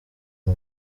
uyu